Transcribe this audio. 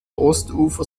ostufer